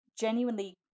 genuinely